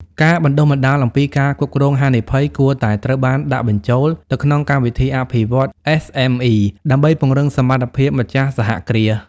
ការបណ្ដុះបណ្ដាលអំពីការគ្រប់គ្រងហានិភ័យ គួរតែត្រូវបានដាក់បញ្ចូលទៅក្នុងកម្មវិធីអភិវឌ្ឍន៍ SME ដើម្បីពង្រឹងសមត្ថភាពម្ចាស់សហគ្រាស។